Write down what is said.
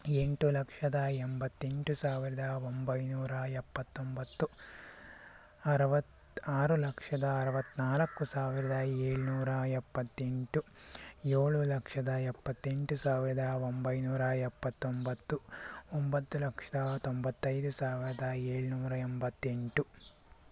ಎಂಟು ಲಕ್ಷದ ಎಂಬತ್ತೆಂಟು ಸಾವಿರದ ಒಂಬೈನೂರ ಎಪ್ಪತ್ತೊಂಬತ್ತು ಅರವತ್ತು ಆರು ಲಕ್ಷದ ಆರವತ್ತ್ನಾಲ್ಕು ಸಾವಿರದ ಏಳುನೂರ ಎಪ್ಪತ್ತೆಂಟು ಏಳು ಲಕ್ಷದ ಎಪ್ಪತ್ತೆಂಟು ಸಾವಿರದ ಒಂಬೈನೂರ ಎಪ್ಪತ್ತೊಂಬತ್ತು ಒಂಬತ್ತು ಲಕ್ಷದ ತೊಂಬತ್ತೈದು ಸಾವಿರದ ಏಳುನೂರ ಎಂಬತ್ತೆಂಟು